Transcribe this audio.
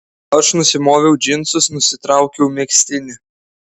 aš nusimoviau džinsus nusitraukiau megztinį